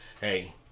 Hey